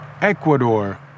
Ecuador